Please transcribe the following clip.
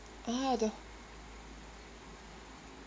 ah the